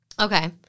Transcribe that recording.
Okay